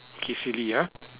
K silly ah